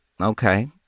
Okay